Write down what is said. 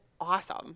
awesome